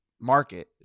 Market